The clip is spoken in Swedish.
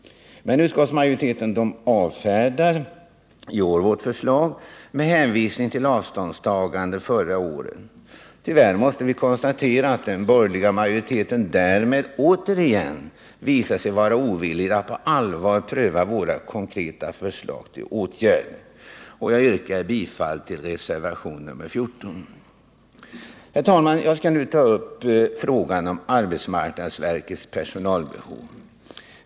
Utskottsmajoriteten avfärdar i år vårt förslag med hänvisning till avståndstagandet förra året. Tyvärr måste vi konstatera att den borgerliga majoriteten därmed återigen visar sig vara ovillig att på allvar pröva våra konkreta förslag till åtgärder. Jag yrkar därför bifall till reservationen 14. Jag skall nu ta upp frågan om arbetsmarknadsverkets personalbehov.